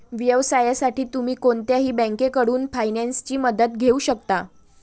व्यवसायासाठी तुम्ही कोणत्याही बँकेकडून फायनान्सची मदत घेऊ शकता